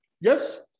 Yes